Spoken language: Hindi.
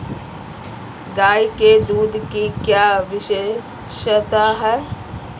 गाय के दूध की क्या विशेषता है?